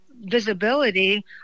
visibility